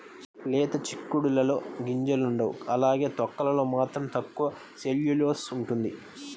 లేత చిక్కుడులో గింజలుండవు అలానే తొక్కలలో మాత్రం తక్కువ సెల్యులోస్ ఉంటుంది